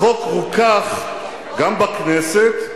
החוק רוכך גם בכנסת,